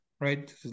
right